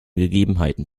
gegebenheiten